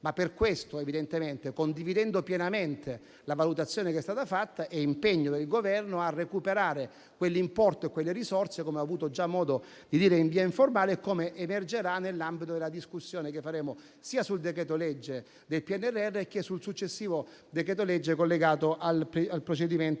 le finalità della legge. Condividendo pienamente la valutazione che è stata fatta, è impegno del Governo recuperare quell'importo e quelle risorse, come ho avuto già modo di dire in via informale e come emergerà nell'ambito della discussione che faremo sia sul decreto-legge PNRR, sia sul successivo decreto-legge collegato al procedimento